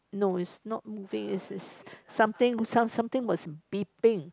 no it's not moving is is something something was beeping